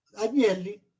Agnelli